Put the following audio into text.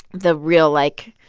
the real, like,